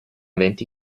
venti